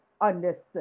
understood